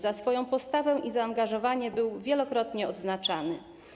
Za swoją postawę i zaangażowanie był wielokrotnie odznaczany.